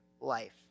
life